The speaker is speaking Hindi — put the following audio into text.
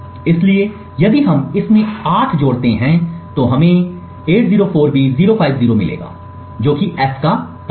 इसलिए यदि हम इसमें 8 जोड़ते हैं तो हमें 804B050 मिलेगा जो कि f का पता है